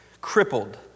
Crippled